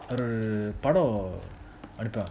ஒரு படம் நடிப்பாங்க:oru padam nadipanga